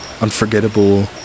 unforgettable